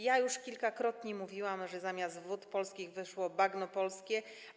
Ja już kilkakrotnie mówiłam, że zamiast Wód Polskich wyszło bagno polskie.